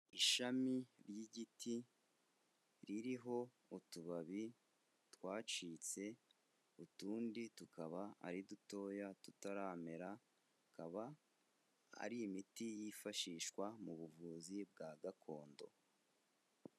Ishami ry'igiti ririho utubabi twacitse, utundi tukaba ari dutoya tutaramera, akaba ari imiti yifashishwa mu buvuzi bwa gakondo.